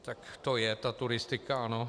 Tak to je ta turistika, ano.